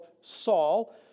Saul